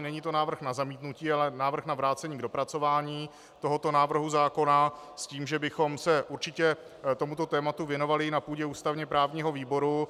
Není to návrh na zamítnutí, ale návrh na vrácení k dopracování tohoto návrhu zákona, s tím, že bychom se určitě tomuto tématu věnovali i na půdě ústavněprávního výboru.